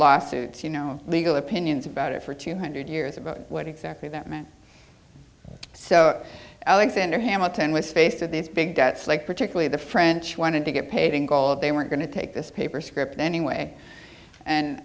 lawsuits you know legal opinions about it for two hundred years about what exactly that meant so alexander hamilton was faced with these big debts like particularly the french wanted to get paid in goal of they weren't going to take this paper script anyway and